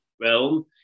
realm